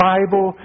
Bible